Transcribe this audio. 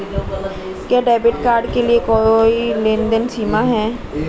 क्या debit card के लिए कोई लेनदेन सीमा है?